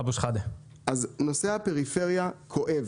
נושא הפריפריה כואב.